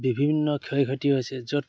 বিভিন্ন ক্ষয় ক্ষতি হৈছে য'ত